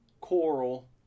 Coral